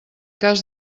cas